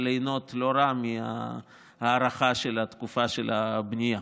ליהנות לא רע מההארכה של התקופה של הבנייה